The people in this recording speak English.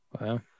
wow